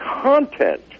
content